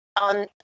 on